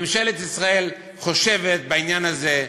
ממשלת ישראל חושבת בעניין הזה,